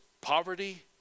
poverty